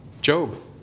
Job